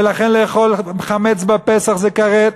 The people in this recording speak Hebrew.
ולכן אכילת חמץ בפסח זה כרת,